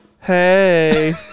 Hey